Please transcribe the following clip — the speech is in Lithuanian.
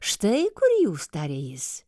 štai kur jūs tarė jis